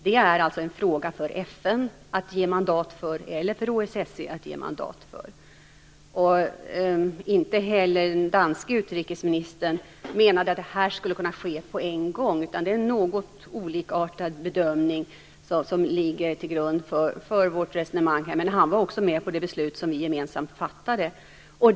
Det är en fråga för FN eller för OSSE att ge mandat för detta. Inte heller den danske utrikesministern menade att det skulle kunna ske på en gång. Det är en något olikartad bedömning som ligger till grund för vårt resonemang. Han var också med på det beslut som vi gemensamt fattade.